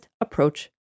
approach